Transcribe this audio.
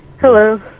Hello